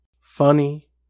funny